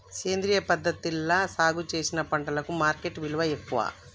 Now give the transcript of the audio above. సేంద్రియ పద్ధతిలా సాగు చేసిన పంటలకు మార్కెట్ విలువ ఎక్కువ